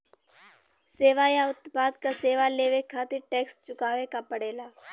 सेवा या उत्पाद क सेवा लेवे खातिर टैक्स चुकावे क पड़ेला